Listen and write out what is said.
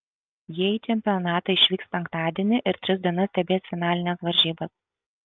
jie į čempionatą išvyks penktadienį ir tris dienas stebės finalines varžybas